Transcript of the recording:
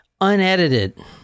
Unedited